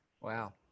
Wow